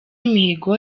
mihigo